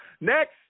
Next